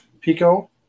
Pico